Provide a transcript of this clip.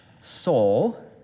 soul